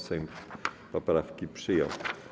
Sejm poprawki przyjął.